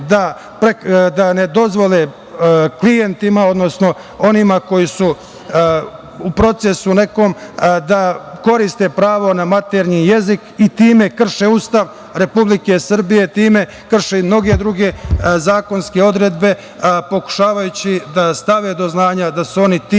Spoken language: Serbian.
da ne dozvole klijentima, odnosno onima koji su u procesu nekom da koriste pravo na maternji jezik i time krše Ustav Republike Srbije, time krše i mnoge druge zakonske odredbe, pokušavajući da stave do znanja da su oni ti